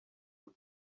who